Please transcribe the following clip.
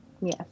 Yes